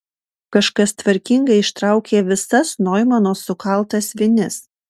kažkas tvarkingai ištraukė visas noimano sukaltas vinis